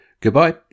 Goodbye